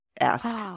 ask